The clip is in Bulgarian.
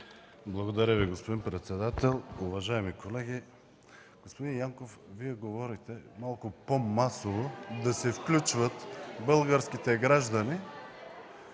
Благодаря Ви, господин председател. Уважаеми колеги! Господин Янков, Вие говорите малко по-масово да се включват българските граждани